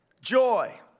joy